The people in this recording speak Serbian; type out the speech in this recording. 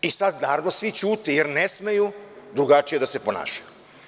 I sad, naravno, svi ćute jer ne smeju drugačije da se ponašaju.